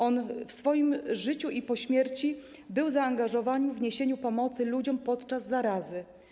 On w swoim życiu i po śmierci był zaangażowany w niesienie pomocy ludziom podczas zarazy.